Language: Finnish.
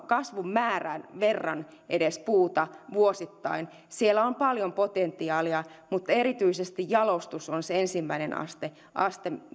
kasvun määrän verran puuta vuosittain siellä on paljon potentiaalia erityisesti jalostus on se ensimmäinen aste aste